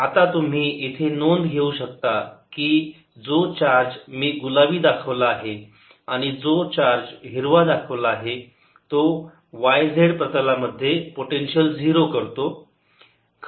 आता तुम्ही इथे नोंद घेऊ शकता की जो चार्ज मी गुलाबी दाखवला आहे आणि जो चार्ज हिरवा आहे तो y z प्रतलामध्ये पोटेन्शियल 0 करतो